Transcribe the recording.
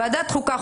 ועדת החוקה,